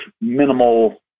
minimal